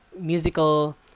musical